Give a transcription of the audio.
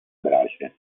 brace